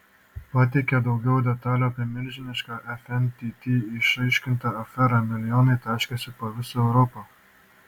pateikė daugiau detalių apie milžinišką fntt išaiškintą aferą milijonai taškėsi po visą europą